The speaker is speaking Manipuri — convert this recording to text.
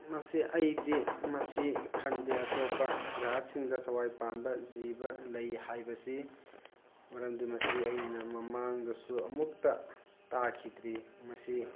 ꯃꯁꯤ ꯑꯩꯗꯤ ꯃꯁꯤ ꯈꯟꯗꯦ ꯑꯇꯣꯞꯄ ꯒ꯭ꯔꯍꯁꯤꯡꯗ ꯊꯋꯥꯏ ꯄꯥꯟꯕ ꯖꯤꯕ ꯂꯩ ꯍꯥꯏꯕꯁꯤ ꯃꯔꯝꯗꯤ ꯃꯁꯤ ꯑꯩꯅ ꯃꯃꯥꯡꯗꯁꯨ ꯑꯃꯨꯛꯇ ꯇꯥꯈꯤꯗ꯭ꯔꯤ ꯃꯁꯤ